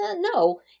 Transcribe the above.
no